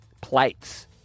plates